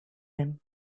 aime